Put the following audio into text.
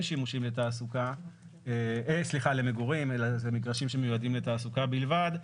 שימושים למגורים אלא זה מגרשים שמיועדים לתעסוקה בלבד,